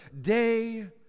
day